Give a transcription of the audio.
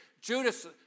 Judas